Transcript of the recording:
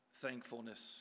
thankfulness